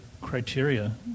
criteria